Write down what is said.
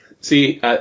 see